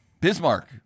Bismarck